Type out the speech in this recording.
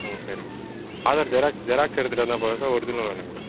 ம் சரிங்க Aadhaar xerox xerox எடுத்துட்டு வந்தால் போதுமா சார் ஒரிஜினல் வேணுங்களா